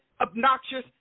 obnoxious